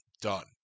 done